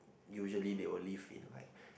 usually they only fit like